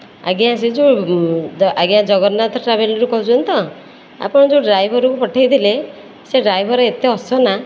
ଆଜ୍ଞା ସେ ଯେଉଁ ଆଜ୍ଞା ଜଗନ୍ନାଥ ଟ୍ରାଭେଲରୁ କହୁଛନ୍ତି ତ ଆପଣ ଯେଉଁ ଡ୍ରାଇଭରକୁ ପଠେଇଥିଲେ ସେ ଡ୍ରାଇଭର ଏତେ ଅସନା